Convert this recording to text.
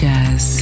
Jazz